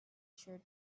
shirt